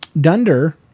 Dunder